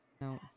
No